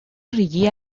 ریگی